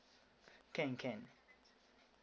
can can